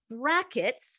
brackets